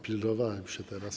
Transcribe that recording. Pilnowałem się teraz.